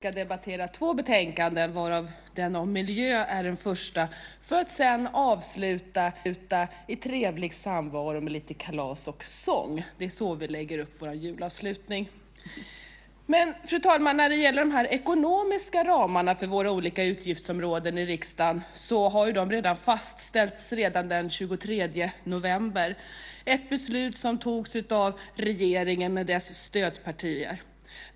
Fru talman! Så är det dags för miljö och jordbruksutskottets långa dag, då vi ska debattera två betänkanden, varav det om miljö är det första, för att sedan avsluta i trevlig samvaro med kalas och sång. Det är så vi lägger upp vår julavslutning. Fru talman! När det gäller de ekonomiska ramarna för våra olika utgiftsområden i riksdagen fastställdes de redan den 23 november - ett beslut som togs av regeringen och dess stödpartier.